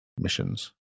missions